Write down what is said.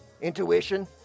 intuition